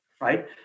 right